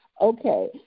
Okay